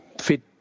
fit